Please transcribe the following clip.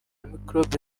mikorobe